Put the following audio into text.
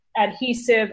adhesive